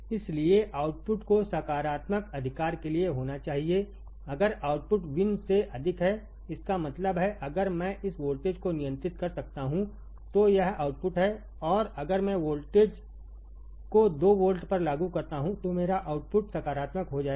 इसलिए आउटपुट को सकारात्मक अधिकार के लिए होना चाहिए अगर आउटपुटVinसे अधिक हैइसका मतलब है अगर मैं इस वोल्टेज को नियंत्रित कर सकता हूं तो यह आउटपुट है और अगर मैं वोल्टेज को 2 वोल्ट पर लागू करता हूं तो मेरा आउटपुट सकारात्मक हो जाएगा